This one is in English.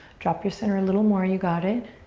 drop your center a little more. you got it.